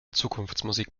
zukunftsmusik